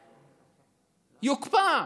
יוקפא.